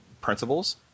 principles